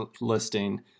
listing